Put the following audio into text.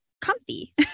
comfy